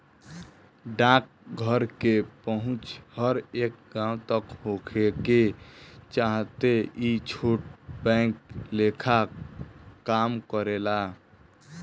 डाकघर के पहुंच हर एक गांव तक होखे के चलते ई छोट बैंक लेखा काम करेला